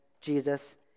Jesus